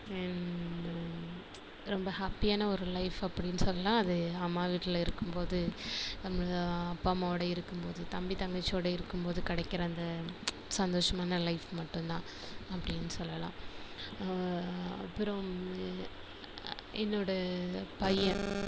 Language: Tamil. ரொம்ப ஹாப்பியான ஒரு லைஃப் அப்படின்னு சொல்லலாம் அது அம்மா வீட்டில் இருக்கும்போது நம்மளை அப்பா அம்மாவோட இருக்கும்போது தம்பி தங்கச்சிவோட இருக்கும்போது கிடைக்கிற அந்த சந்தோஷமான லைஃப் மட்டும்தான் அப்படின்னு சொல்லலாம் அப்புறம் என்னோட பையன்